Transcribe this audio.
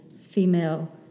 female